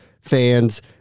fans